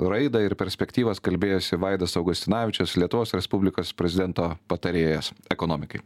raidą ir perspektyvas kalbėjosi vaidas augustinavičius lietuvos respublikos prezidento patarėjas ekonomikai